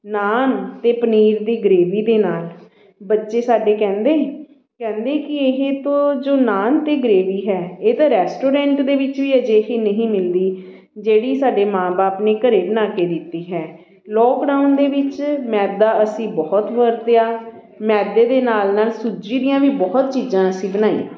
ਨਾਨ ਅਤੇ ਪਨੀਰ ਦੀ ਗ੍ਰੇਵੀ ਦੇ ਨਾਲ ਬੱਚੇ ਸਾਡੇ ਕਹਿੰਦੇ ਕਹਿੰਦੇ ਕਿ ਇਹ ਤੋਂ ਜੋ ਨਾਨ ਅਤੇ ਗ੍ਰੇਵੀ ਹੈ ਇਹ ਤਾਂ ਰੈਸਟੋਰੈਂਟ ਦੇ ਵਿੱਚ ਵੀ ਅਜਿਹੀ ਨਹੀਂ ਮਿਲਦੀ ਜਿਹੜੀ ਸਾਡੇ ਮਾਂ ਬਾਪ ਨੇ ਘਰ ਬਣਾ ਕੇ ਦਿੱਤੀ ਹੈ ਲੋਕਡਾਊਨ ਦੇ ਵਿੱਚ ਮੈਦਾ ਅਸੀਂ ਬਹੁਤ ਵਰਤਿਆ ਮੈਦੇ ਦੇ ਨਾਲ ਨਾਲ ਸੂਜੀ ਦੀਆਂ ਵੀ ਬਹੁਤ ਚੀਜ਼ਾਂ ਅਸੀਂ ਬਣਾਈਆਂ